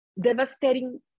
devastating